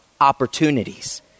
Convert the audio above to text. opportunities